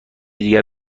دیگر